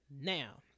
Now